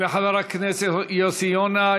לחבר הכנסת יוסי יונה.